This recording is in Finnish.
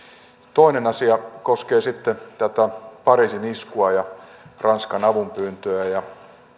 toinen asia koskee sitten tätä pariisin iskua ja ranskan avunpyyntöä